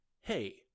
Hey